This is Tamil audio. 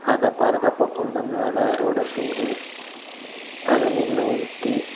அதை பாதுகாப்பாக கொண்டு வந்து அதை அறுவடை செஞ்சு அதை நெல்லை உதுத்தி